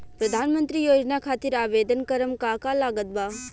प्रधानमंत्री योजना खातिर आवेदन करम का का लागत बा?